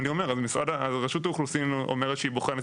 אני אומר רשות האוכלוסין אומרת שהיא בוחנת